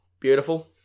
beautiful